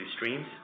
streams